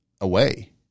away